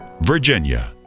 Virginia